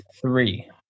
three